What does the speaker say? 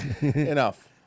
Enough